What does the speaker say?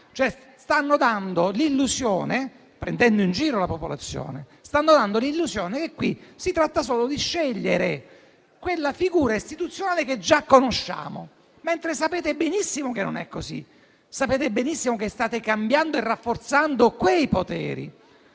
stanno dando l'illusione che si tratti solo di scegliere quella figura istituzionale che già conosciamo, mentre sapete benissimo che non è così. Sapete benissimo che state cambiando e rafforzando quei poteri.